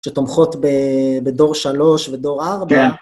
שתומכות בדור שלוש ובדור ארבע. כן